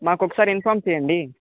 మాకు ఒకసారి ఇన్ఫామ్ చేయండి